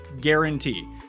guarantee